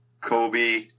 Kobe